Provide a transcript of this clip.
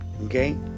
okay